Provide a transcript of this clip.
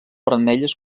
vermelles